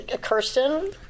Kirsten